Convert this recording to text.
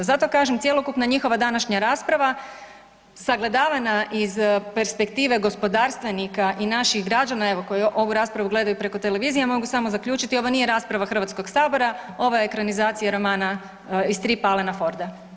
Zato kažem cjelokupna njihova današnja rasprava sagledavana iz perspektive gospodarstvenika i naših građana evo koji ovu raspravu gledaju preko televizije mogu samo zaključiti ovo nije rasprava Hrvatskog sabora, ovo je ekranizacija romana i stripa Alena Forda.